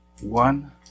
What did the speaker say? one